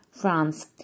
France